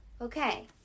Okay